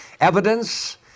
evidence